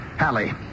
Hallie